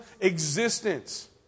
existence